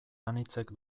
anitzek